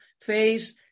phase